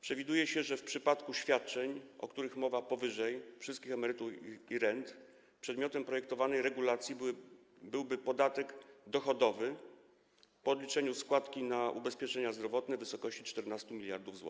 Przewiduje się, że w przypadku świadczeń, o których mowa powyżej, wszystkich emerytur i rent przedmiotem projektowanej regulacji byłby podatek dochodowy po odliczeniu składki na ubezpieczenia zdrowotne w wysokości 14 mld zł.